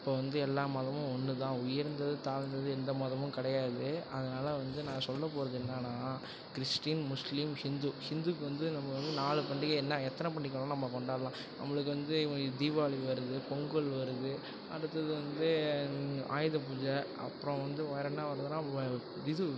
இப்போ வந்து எல்லா மதமும் ஒன்று தான் உயர்ந்தது தாழ்ந்தது எந்த மதமும் கிடையாது அதனாலே வந்து நான் சொல்லப் போவது என்னான்னால் கிறிஸ்டின் முஸ்லீம் ஹிந்து ஹிந்துக்கு வந்து நம்ம வந்து நாலு பண்டிகை என்ன எத்தனை பண்டிகை வேணாலும் நம்ம கொண்டாடலாம் நம்மளுக்கு வந்து தீபாவளி வருது பொங்கல் வருது அடுத்தது வந்து ஆயுத பூஜை அப்புறோம் வந்து வேறு என்ன வருதுன்னால் வ இது